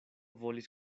volis